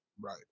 Right